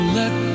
let